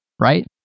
right